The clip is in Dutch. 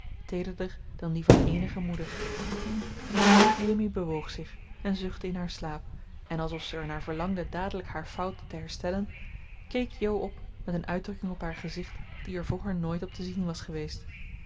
teederder dan die van eenige moeder amy bewoog zich en zuchtte in haar slaap en alsof ze er naar verlangde dadelijk haar fout te herstellen keek jo op met een uitdrukking op haar gezicht die er vroeger nooit op te zien was geweest